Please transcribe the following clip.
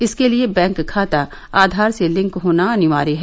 इसके लिए बैंक खाता आधार से लिंक होना अनिवार्य है